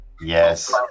Yes